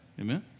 Amen